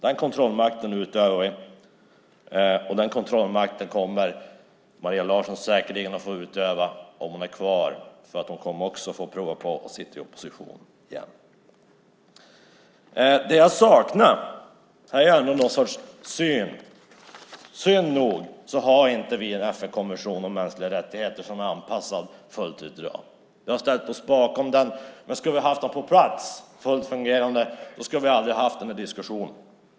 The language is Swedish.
Den kontrollmakten utövar vi, och den kontrollmakten kommer Maria Larsson säkerligen att få utöva om hon är kvar, för hon kommer också att få prova på att sitta i opposition igen. Det jag saknar är ändå någon sorts syn på detta. Tråkigt nog har vi inte en FN-konvention om mänskliga rättigheter som är anpassad fullt ut i dag. Vi har ställt oss bakom den, men skulle vi ha haft den på plats fullt fungerande hade vi aldrig haft den här diskussionen.